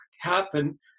happen